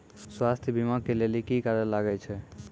स्वास्थ्य बीमा के लेली की करे लागे छै?